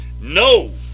No